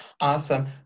Awesome